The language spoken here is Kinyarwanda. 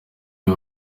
uyu